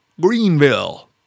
Greenville